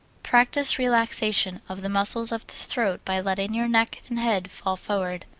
practise relaxation of the muscles of the throat by letting your neck and head fall forward.